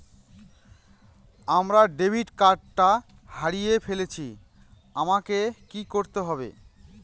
আমার ডেবিট কার্ডটা হারিয়ে ফেলেছি আমাকে কি করতে হবে?